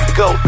go